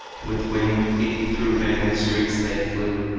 with winged feet through vacant streets they flew,